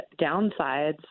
downsides